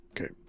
Okay